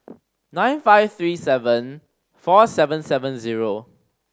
nine five three seven four seven seven zero